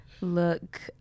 Look